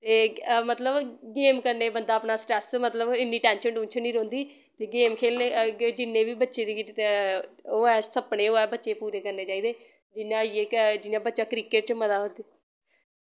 एह् मतलव गेम कन्नै बंदा अपना स्ट्रेस मतलव इन्नी टैंशन टुंशन निं रौंह्दी ते गेम खेलने जिन्ने वी बच्चें दी ओह् ऐ सपने होऐ बच्चें दे पूरे करने चाहिदे जियां आईये जियां बच्चा क्रिकेट च मता